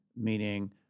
meaning